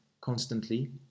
constantly